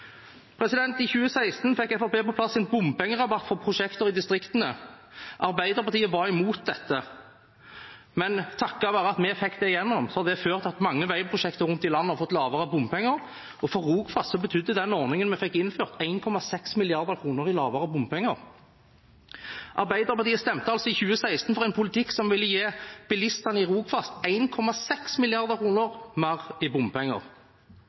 I 2016 fikk Fremskrittspartiet på plass en bompengerabatt for prosjekter i distriktene. Arbeiderpartiet var imot dette, men takket være at vi fikk det igjennom, har det ført til at mange veiprosjekter rundt om i landet har fått lavere bompenger. For Rogfast betydde den ordningen vi fikk innført, 1,6 mrd. kr i lavere bompenger. Arbeiderpartiet stemte altså i 2016 for en politikk som ville gi bilistene i Rogaland 1,6 mrd. kr mer i bompenger